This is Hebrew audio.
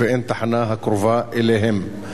ואין תחנה הקרובה אליהם.